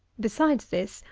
besides this,